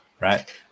right